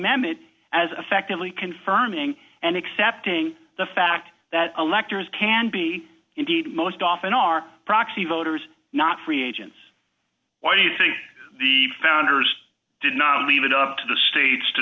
it as affectively confirming and accepting the fact that electors can be indeed most often our proxy voters not free agents why do you think the founders did not leave it up to the states to